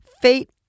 fate